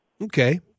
Okay